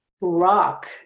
rock